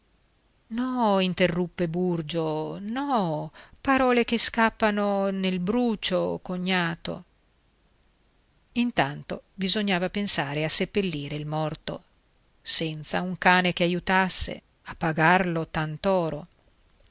no interruppe burgio no parole che scappano nel brucio cognato intanto bisognava pensare a seppellire il morto senza un cane che aiutasse a pagarlo tant'oro un